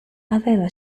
aveva